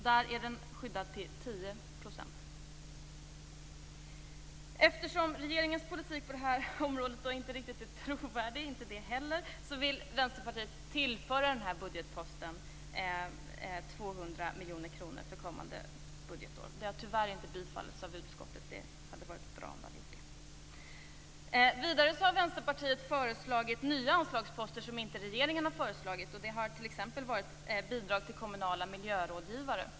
Där är skogen skyddad till 10 %. Eftersom regeringens politik inte heller på detta område riktigt är trovärdig vill vi i Vänsterpartiet tillföra den här budgetposten 200 miljoner kronor för kommande budgetår. Detta förslag har tyvärr inte tillstyrkts av utskottet. Det skulle ha varit bra om utskottet hade gjort det. Vidare har vi i Vänsterpartiet föreslagit nya anslagsposter - anslagsposter som inte regeringen har föreslagit. Det gäller t.ex. bidrag till kommunala miljörådgivare.